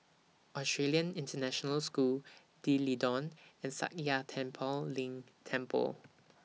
Australian International School D'Leedon and Sakya Tenphel Ling Temple